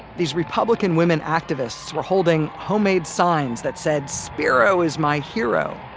these republican women activists were holding homemade signs that said spiro is my hero.